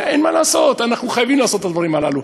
אין מה לעשות, אנחנו חייבים לעשות את הדברים הללו.